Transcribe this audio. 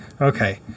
Okay